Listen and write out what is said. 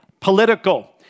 political